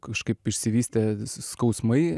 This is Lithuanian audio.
kažkaip išsivystė skausmai